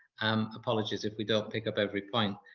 um apologies if we don't pick up every point.